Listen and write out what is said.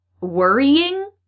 worrying